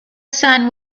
son